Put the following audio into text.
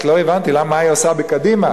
רק לא הבנתי מה היא עושה בקדימה,